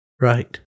Right